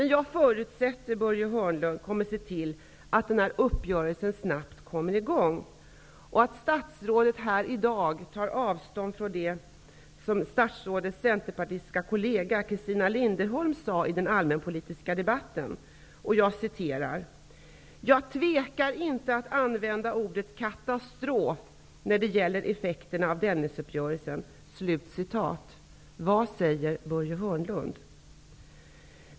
Jag förutsätter emellertid att Börje Hörnlund kommer att se till att projektet snabbt kommer i gång och att statsrådet här i dag tar avstånd från det som statsrådets centerpartistiska kollega Christina Linderholm sade i den allmänpolitiska debatten: Jag tvekar inte att använda ordet katastrof när det gäller effekterna av Dennisuppgörelsen. Jag undrar: Vad säger Börje Hörnlund?